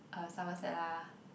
uh Somerset lah